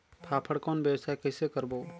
फाफण कौन व्यवसाय कइसे करबो?